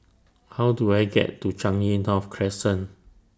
How Do I get to Changi North Crescent